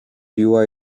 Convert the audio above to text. biła